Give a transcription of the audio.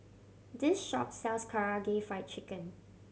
this shop sells Karaage Fried Chicken